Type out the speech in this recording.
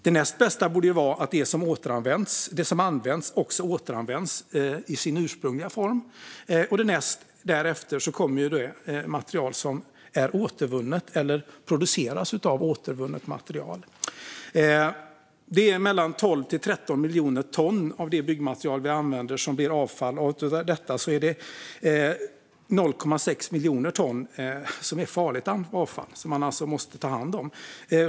Det näst bästa borde vara det som återanvänds i sin ursprungliga form, och näst därefter kommer det material som är återvunnet eller produceras av återvunnet material. Det är mellan 12 och 13 miljoner ton av det byggmaterial vi använder som blir avfall, och av detta är 0,6 miljoner ton farligt avfall som man måste ta hand om.